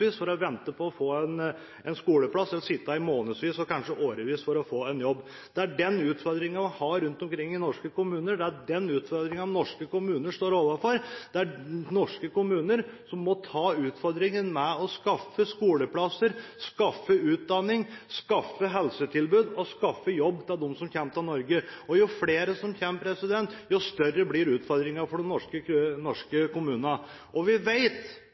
vente på å få en skoleplass, eller sitte i månedsvis, og kanskje årevis, for å få en jobb. Det er den utfordringen man har rundt omkring i norske kommuner, det er den utfordringen norske kommuner står overfor. Det er norske kommuner som må ta utfordringen med å skaffe skoleplasser, skaffe utdanning, skaffe helsetilbud og skaffe jobb til dem som kommer til Norge. Jo flere som kommer, jo større blir utfordringene for de norske kommunene. Vi vet at norske